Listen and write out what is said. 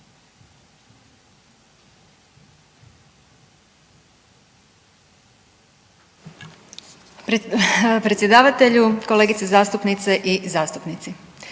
poštovane kolegice zastupnice i zastupnici.